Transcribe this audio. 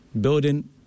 building